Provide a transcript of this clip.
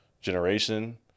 generation